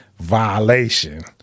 Violation